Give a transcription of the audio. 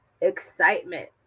excitement